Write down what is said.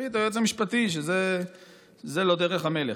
החליט היועץ המשפטי שזה לא דרך המלך.